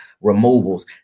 removals